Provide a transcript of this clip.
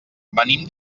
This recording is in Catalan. venim